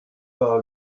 pas